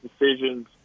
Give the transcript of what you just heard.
decisions